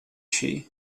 she